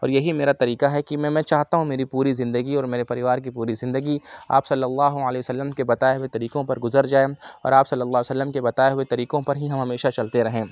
اور یہی میرا طریقہ ہے کہ میں میں چاہتا ہوں میری پوری زندگی اور میرے پریوار کی پوری زندگی آپ صلی اللہ علیہ وسلم کے بتائے ہوئے طریقوں پر گزر جائے اور آپ صلی اللہ علیہ وسلم کے بتائے ہوئے طریقوں پر ہی ہم ہمیشہ چلتے رہیں